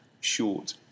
short